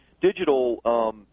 digital